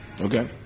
Okay